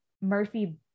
Murphy